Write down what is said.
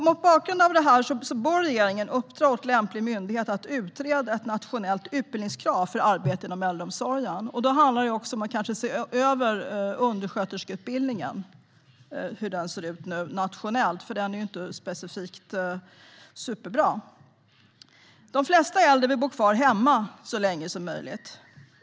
Mot bakgrund av detta bör regeringen uppdra åt lämplig myndighet att utreda ett nationellt utbildningskrav för arbete inom äldreomsorgen. Det handlar också om att se över hur undersköterskeutbildningen ser ut nationellt eftersom den inte är specifikt superbra. De flesta äldre vill bo kvar hemma så länge som möjligt.